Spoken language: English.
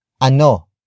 ano